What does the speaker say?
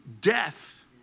death